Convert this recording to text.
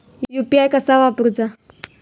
UPI कसा वापरूचा?